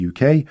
UK